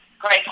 great